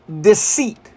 deceit